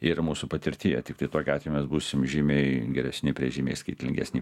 ir mūsų patirtyje tiktai tokiu atveju mes būsim žymiai geresni prieš žymiai skaitlingesnį